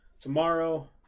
tomorrow